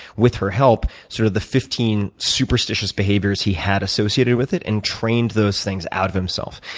with her help, sort of the fifteen superstitious behaviors he had associated with it and trained those things out of himself,